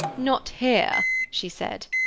not here she said.